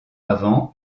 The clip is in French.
avant